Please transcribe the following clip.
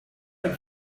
like